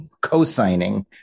co-signing